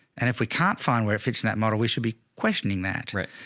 and if we can't find where it fits in that model, we should be questioning that. right?